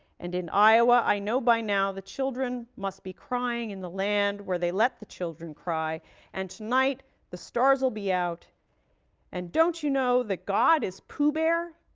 and in iowa i know by now the children must be crying in the land where they let the children cry and tonight the stars will be out and don't you know that god is pooh bear?